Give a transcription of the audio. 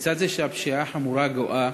כיצד זה הפשיעה החמורה גואה,